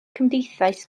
cymdeithas